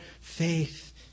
faith